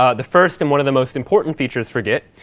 ah the first, and one of the most important features for git,